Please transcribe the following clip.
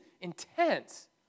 intense